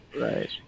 right